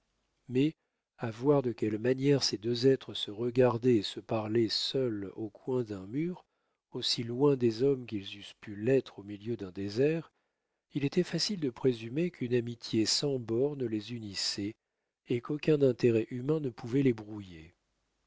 mais à voir de quelle manière ces deux êtres se regardaient et se parlaient seuls au coin d'un mur aussi loin des hommes qu'ils eussent pu l'être au milieu d'un désert il était facile de présumer qu'une amitié sans bornes les unissait et qu'aucun intérêt humain ne pouvait les brouiller